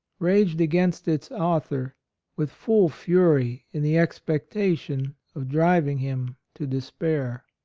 raged against its author with full fury in the expectation of driving him to despair.